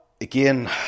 Again